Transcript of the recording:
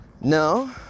no